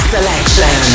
Selection